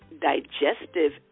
digestive